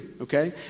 okay